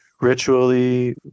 ritually